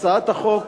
בהצעת החוק